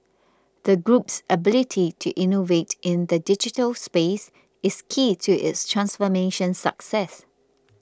the group's ability to innovate in the digital space is key to its transformation success